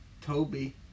Toby